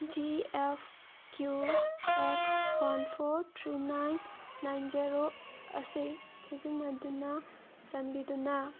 G F Q X one four three nine nine zero ꯑꯁꯤ ꯁꯤꯖꯤꯟꯅꯗꯨꯅ ꯆꯥꯟꯕꯤꯗꯨꯅ